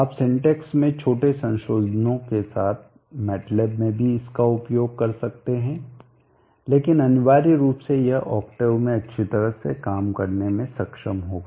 आप सिंटेक्स में छोटे संशोधनों के साथ मेटलेब में भी इसका उपयोग कर सकते हैं लेकिन अनिवार्य रूप से यह ऑक्टेव में अच्छी तरह से काम करने में सक्षम होगा